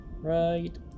Right